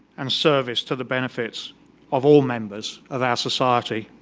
and service to the benefits of all members of our society.